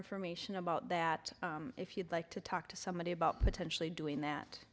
information about that if you'd like to talk to somebody about potentially doing that